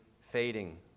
fading